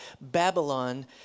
Babylon